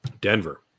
Denver